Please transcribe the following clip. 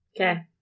Okay